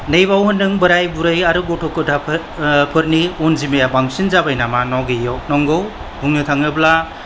नैबाव होनदों बोराय बुरि आरो गथ' गथाइफोर फोरनि अनजिमाया बांसिन जाबाय नामा न' गैयैयाव नंगौ बुंनो थाङोब्ला